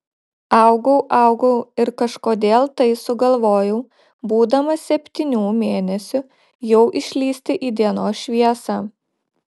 augau augau ir kažkodėl tai sugalvojau būdamas septynių mėnesių jau išlįsti į dienos šviesą